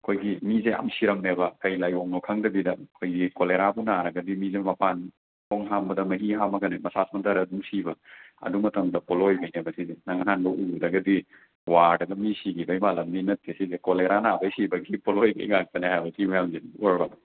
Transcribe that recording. ꯑꯩꯈꯣꯏꯒꯤ ꯃꯤꯁꯦ ꯌꯥꯝ ꯁꯤꯔꯝꯃꯦꯕ ꯀꯔꯤ ꯂꯥꯏꯑꯣꯡꯅꯣ ꯈꯪꯗꯕꯤꯗ ꯑꯩꯈꯣꯏꯒꯤ ꯀꯣꯂꯦꯔꯥꯕꯨ ꯅꯥꯔꯒꯗꯤ ꯃꯤꯁꯦ ꯃꯄꯥꯟ ꯈꯣꯡ ꯍꯥꯝꯕꯗ ꯃꯍꯤ ꯍꯥꯝꯃꯒꯅꯦ ꯃꯁꯥ ꯁꯣꯟꯙꯔ ꯑꯗꯨꯝ ꯁꯤꯕ ꯑꯗꯨ ꯃꯇꯝꯗ ꯄꯣꯠꯂꯣꯏꯕꯩꯅꯦꯕ ꯁꯤꯁꯦ ꯅꯪ ꯑꯍꯥꯟꯕ ꯎꯕꯗꯒꯗꯤ ꯋꯥꯔꯗꯒ ꯃꯤ ꯁꯤꯈꯤꯕꯒꯤ ꯃꯥꯜꯂꯝꯅꯤ ꯅꯠꯇꯦ ꯁꯤꯁꯦ ꯀꯣꯂꯦꯔꯥ ꯅꯥꯕꯒꯤ ꯁꯤꯕꯒꯤ ꯄꯣꯠꯂꯣꯏꯕꯒꯤ ꯉꯥꯛꯇꯅꯦ ꯍꯥꯏꯕ ꯁꯤ ꯃꯌꯥꯝꯁꯦ ꯎꯔꯕ